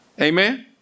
Amen